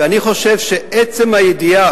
ואני חושב שעצם הידיעה,